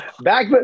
Back